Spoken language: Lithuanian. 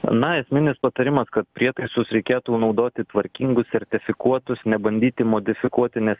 na esminis patarimas kad prietaisus reikėtų naudoti tvarkingus sertifikuotus nebandyti modifikuoti nes